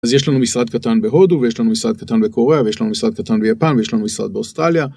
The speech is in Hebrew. אז יש לנו משרד קטן בהודו ויש לנו משרד קטן בקוריאה ויש לנו משרד קטן ביפן ויש לנו משרד באוסטרליה.